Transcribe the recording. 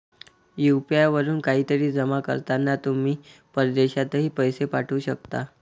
UPI वरून काहीतरी जमा करताना तुम्ही परदेशातही पैसे पाठवू शकता